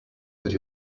but